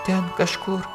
ten kažkur